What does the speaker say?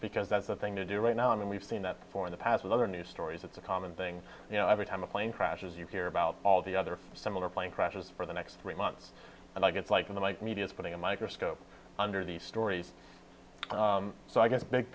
because that's the thing to do right now and we've seen that before in the past with other news stories it's a common thing you know every time a plane crashes you hear about all the other similar plane crashes for the next three months and i guess like in the media is putting a microscope under these stories so i get the big